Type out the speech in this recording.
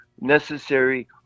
necessary